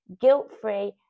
guilt-free